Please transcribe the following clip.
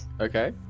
Okay